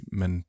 men